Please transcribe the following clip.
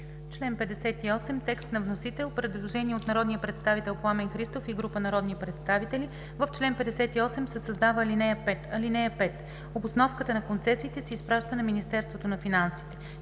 Член 58 – текст на вносител. Предложение от народния представител Пламен Христов и група народни представители. В чл. 58 се създава ал. 5: „(5) Обосновката на концесиите се изпраща на Министерството на финансите.